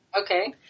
Okay